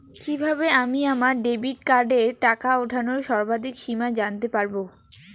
কিভাবে আমি আমার ডেবিট কার্ডের টাকা ওঠানোর সর্বাধিক সীমা জানতে পারব?